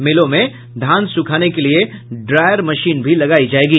मिलों में धान सुखाने के लिये ड्रायर मशीन भी लगायी जायेगी